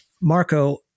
Marco